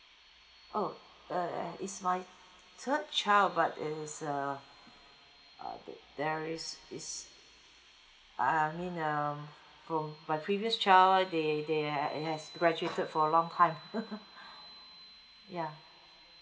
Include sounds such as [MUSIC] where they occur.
oh err it's fine third child but is err uh there is is uh I mean um from my previous child they they he has graduated for a long time [LAUGHS] ya